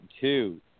two